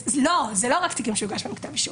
לא, אלה לא רק התיקים שהוגש בהם כתב אישום.